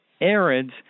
arids